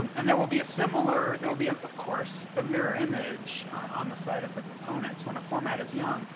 um and there will be a similar there will be, of course, a mirror image on the side of the proponents. when a format is young,